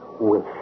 wish